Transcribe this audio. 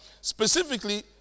specifically